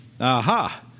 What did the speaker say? aha